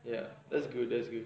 ya that's good that's good